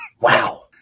Wow